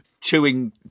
chewing